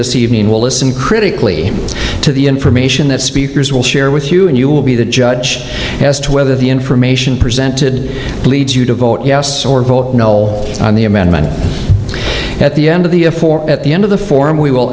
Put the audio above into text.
this evening will listen critically to the information that speakers will share with you and you will be the judge as to whether the information presented leads you to vote yes or no on the amendment at the end of the at the end of the forum we will